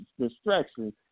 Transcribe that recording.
distractions